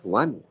one